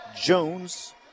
Jones